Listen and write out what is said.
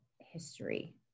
history